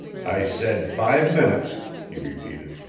i said five minutes, he repeated.